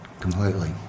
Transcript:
completely